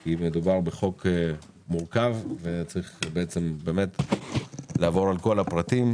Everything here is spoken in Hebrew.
כי מדובר בחוק מורכב וצריך לעבור על כל הפרטים.